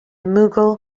mughal